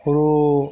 ᱦᱩᱲᱩ